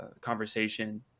conversation